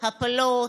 הפלות,